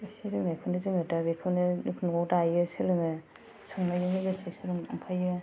बिखौनो बेखौनो जोङो दा बेखौनो न'आव दायो सोलोङो संनायनि गेजेरजों लांफायो